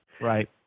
Right